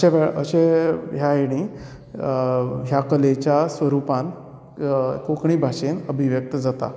अशें अश्या वेळ अश्या ह्या हेणी ह्या कलेच्या स्वरूपान कोंकणी भाशेन अभिव्यक्त जाता